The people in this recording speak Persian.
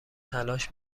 تلاش